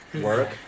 Work